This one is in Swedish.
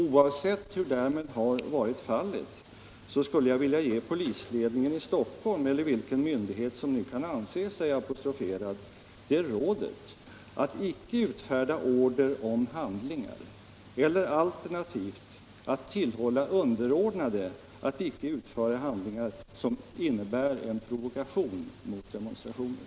Oavsett hur därmed har varit fallet skulle jag vilja ge polisledningen i Stockholm, eller den myndighet som kan anses apostroferad, det rådet att icke utfärda order om handlingar eller alternativt att tillhålla underordnad att icke utföra handlingar som innebär en provokation mot demonstrationer.